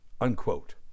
unquote